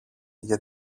για